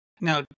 now